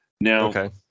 Now